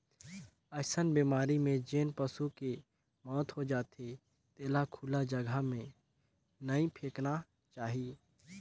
अइसन बेमारी में जेन पसू के मउत हो जाथे तेला खुल्ला जघा में नइ फेकना चाही